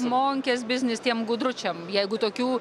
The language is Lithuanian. monkės biznis tiem gudručiam jeigu tokių